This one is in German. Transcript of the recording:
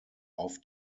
auf